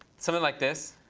something like this.